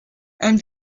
ein